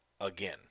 again